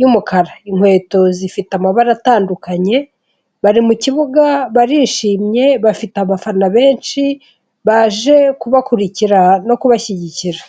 y'umukara, inkweto zifite amabara atandukanye, bari mu kibuga barishimye bafite abafana benshi baje kubakurikira no kubashyigikira.